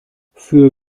für